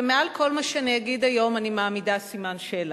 ומעל כל מה שאני אגיד היום אני מעמידה סימן שאלה.